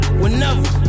whenever